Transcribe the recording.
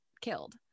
killed